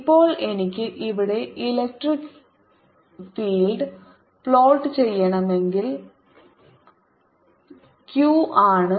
ഇപ്പോൾ എനിക്ക് ഇവിടെ ഇലക്ട്രിക് ഫീൽഡ് പ്ലോട്ട് ചെയ്യണമെങ്കിൽ q ആണ്